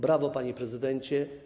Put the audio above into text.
Brawo, panie prezydencie!